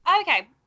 okay